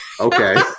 Okay